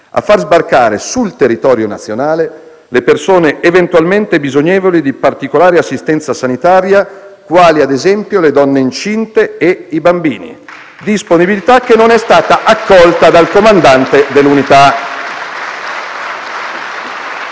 a far sbarcare sul territorio nazionale le persone eventualmente bisognevoli di assistenza sanitaria, quali ad esempio le donne incinte e i bambini; disponibilità che non è stata accolta dal comandante dell'unità.